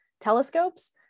telescopes